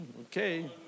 okay